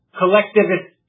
collectivist